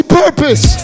purpose